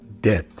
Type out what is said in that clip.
death